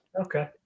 Okay